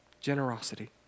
Generosity